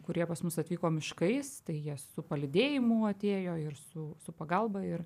kurie pas mus atvyko miškais tai jie su palydėjimu atėjo ir su su pagalba ir